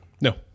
No